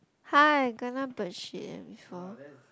!huh! I kena bird shit eh before